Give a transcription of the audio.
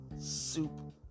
soup